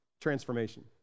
transformation